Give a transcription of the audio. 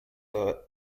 well